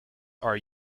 are